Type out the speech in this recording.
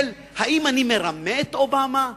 האם אני מרמה את אובמה?